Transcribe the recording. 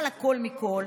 על הכול מכול.